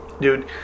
Dude